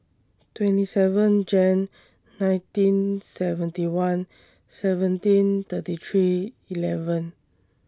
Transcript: twenty seven Jan nineteen seventy one seventeen thirty three eleven